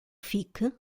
fique